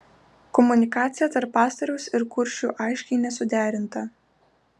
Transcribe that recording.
komunikacija tarp pastoriaus ir kuršių aiškiai nesuderinta